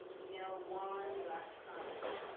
you know one last time,